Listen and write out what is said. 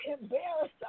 embarrassed